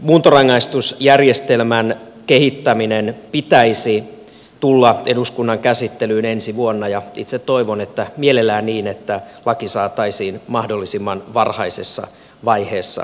muuntorangaistusjärjestelmän kehittämisen pitäisi tulla eduskunnan käsittelyyn ensi vuonna ja mielellään niin näin itse toivon että laki saataisiin mahdollisimman varhaisessa vaiheessa käyttöön